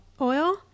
oil